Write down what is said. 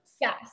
Yes